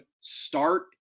start